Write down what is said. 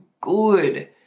good